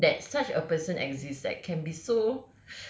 that such a person exist that can be so